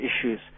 issues